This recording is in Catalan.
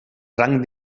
rang